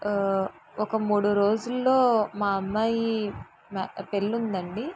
ఒక మూడు రోజుల్లో మా అమ్మాయి మే పెళ్లి ఉంది అండీ